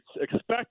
expect